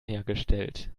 hergestellt